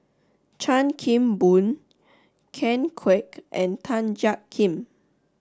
Chan Kim Boon Ken Kwek and Tan Jiak Kim